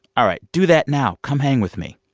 all right. do that now. come hang with me